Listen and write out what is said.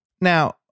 Now